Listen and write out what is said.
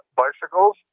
bicycles